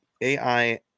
AI